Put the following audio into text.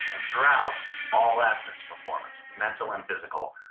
and throughout all aspects of performance, mental and physical,